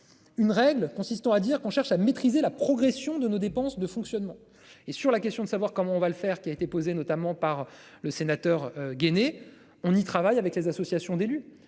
Une règle consistant à dire qu'on cherche à maîtriser la progression de nos dépenses de fonctionnement. Et sur la question de savoir comment on va le faire, qui a été posée, notamment par le sénateur gainé. On y travaille avec les associations d'élus